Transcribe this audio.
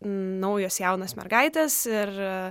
naujos jaunos mergaitės ir